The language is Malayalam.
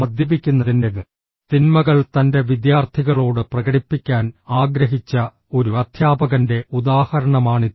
മദ്യപിക്കുന്നതിന്റെ തിന്മകൾ തൻറെ വിദ്യാർത്ഥികളോട് പ്രകടിപ്പിക്കാൻ ആഗ്രഹിച്ച ഒരു അധ്യാപകൻറെ ഉദാഹരണമാണിത്